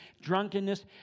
drunkenness